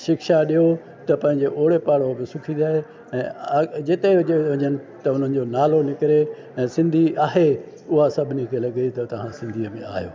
शिक्षा ॾियो त पंहिंजे ओड़े पाड़ो बि सुखी रहे जे ऐं जिते बि वञनि त हुननि जो नालो निकिरे ऐं सिंधी आहे उहा सभिनी खे लॻे त तव्हां सिंधीअ में आहियो